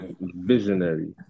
Visionary